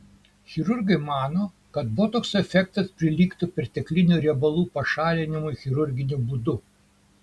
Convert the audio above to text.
chirurgai mano kad botokso efektas prilygtų perteklinių riebalų pašalinimui chirurginiu būdu